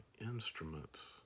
instruments